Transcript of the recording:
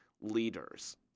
leaders